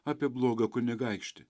apie blogą kunigaikštį